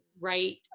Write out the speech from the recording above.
right